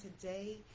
today